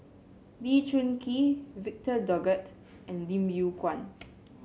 Lee Choon Kee Victor Doggett and Lim Yew Kuan